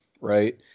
right